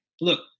look